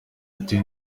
ati